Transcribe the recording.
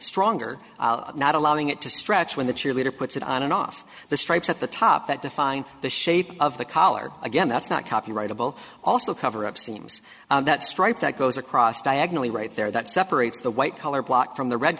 stronger not allowing it to stretch when the cheerleader puts it on and off the stripes at the top that define the shape of the collar again that's not copyrightable also cover up seems that stripe that goes across diagonally right there that separates the white collar blot from the red